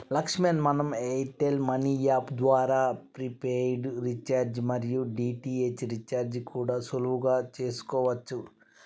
లక్ష్మణ్ మనం Airtel money app ద్వారా prepaid recharge మరియు డి.టి.హెచ్ రీఛార్జి కూడా సులువుగా చేసుకోవచ్చు